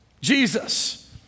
Jesus